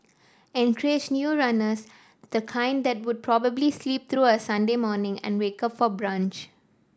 encourage new runners the kind that would probably sleep through a Sunday morning and wake up for brunch